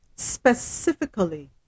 specifically